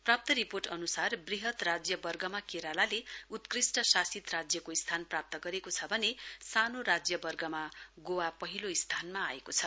प्राप्त रिपोर्ट अनुसार वृहत राज्य वर्गमा केरालाले उत्कृष्ट शासित राज्यको स्थान प्राप्त गरेको छ भने सानो राज्य वर्गमा गोवा पहिलो स्थानमा आएको छ